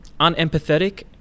unempathetic